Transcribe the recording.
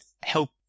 help